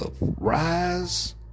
rise